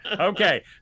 okay